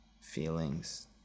feelings